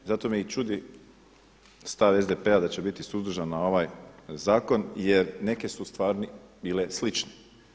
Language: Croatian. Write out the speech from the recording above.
Zato me i čudi stav SDP-a da će biti suzdržan na ovaj zakon jer neke su stvarno bile slične.